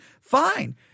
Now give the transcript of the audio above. fine